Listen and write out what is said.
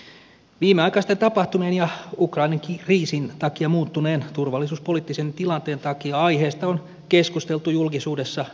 viimeaikaisten tapahtumien ja ukrainan kriisin takia muuttuneen turvallisuuspoliittisen tilanteen takia aiheesta on keskusteltu julkisuudessa vilkkaasti